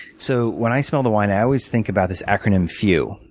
so when i smell the wine, i always think about this acronym few,